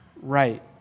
right